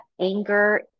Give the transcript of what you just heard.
anger